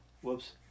Whoops